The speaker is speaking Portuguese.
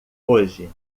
hoje